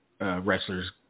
wrestlers